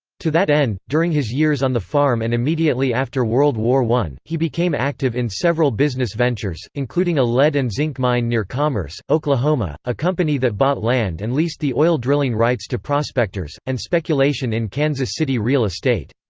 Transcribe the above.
to that end, during his years on the farm and immediately after world war i, he became active in several business ventures, including a lead and zinc mine near commerce, oklahoma, a company that bought land and leased the oil drilling rights to prospectors, and speculation in kansas city real estate.